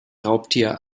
raubtier